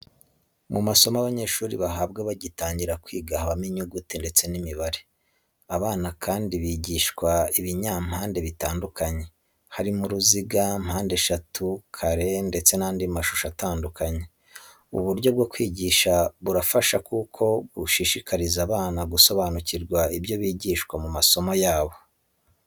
Mu masomo abanyeshuri bahabwa bagitangira kwiga habamo inyuguti ndetse n'imibare. Abana kandi bigishwa ibinyampande bitandukanye, harimo uruziga, mpandeshatu, kare ndetse n'andi mashusho atandukanye. Ubu buryo bwo kwigisha burafasha kuko bushishikariza abana gusobanukirwa n'ibyo bigishwa mu masomo yabo.